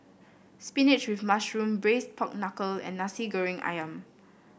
spinach with mushroom Braised Pork Knuckle and Nasi Goreng ayam